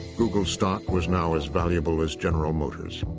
google's stock was now as valuable as general motors.